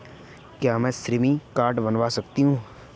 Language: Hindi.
क्या मैं श्रम कार्ड बनवा सकती हूँ?